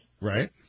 Right